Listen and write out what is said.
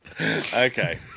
Okay